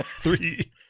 three